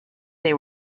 they